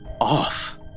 off